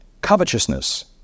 covetousness